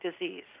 disease